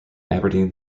aberdeen